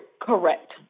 Correct